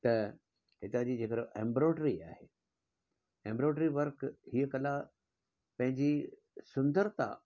त हितां जी जेकरे एम्ब्रॉड्री आहे एम्ब्रॉडी वर्क हीअ कला पंहिंजी सुंदरता ऐं